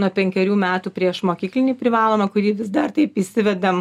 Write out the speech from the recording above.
nuo penkerių metų priešmokyklinį privalomą kurį vis dar taip įsivedam